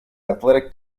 athletic